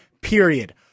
period